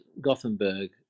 Gothenburg